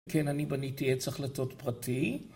כן, אני בניתי עץ החלטות פרטי